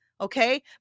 okay